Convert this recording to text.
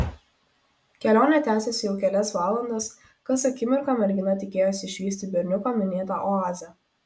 kelionė tęsėsi jau kelias valandas kas akimirką mergina tikėjosi išvysti berniuko minėtą oazę